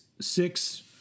six